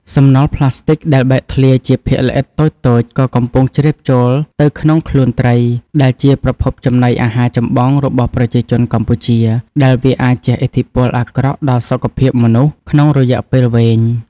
សំណល់ផ្លាស្ទិកដែលបែកធ្លាយជាភាគល្អិតតូចៗក៏កំពុងជ្រាបចូលទៅក្នុងខ្លួនត្រី ដែលជាប្រភពចំណីអាហារចម្បងរបស់ប្រជាជនកម្ពុជា ដែលវាអាចជះឥទ្ធិពលអាក្រក់ដល់សុខភាពមនុស្សក្នុងរយៈពេលវែង។